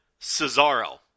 Cesaro